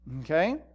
Okay